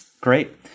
Great